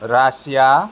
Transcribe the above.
Russia